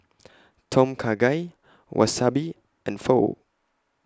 Tom Kha Gai Wasabi and Pho